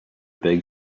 big